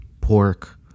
pork